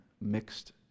mixed